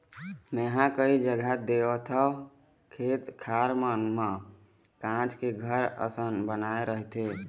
मेंहा कई जघा देखथव खेत खार मन म काँच के घर असन बनाय रहिथे